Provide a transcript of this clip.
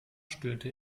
stöhnte